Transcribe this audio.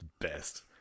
best